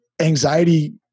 anxiety